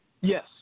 Yes